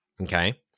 Okay